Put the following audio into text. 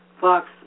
Fox